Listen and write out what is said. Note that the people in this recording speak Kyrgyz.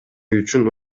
үчүн